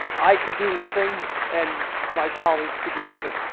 i could do nothing and my colleagues could do nothing.